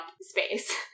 space